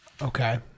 Okay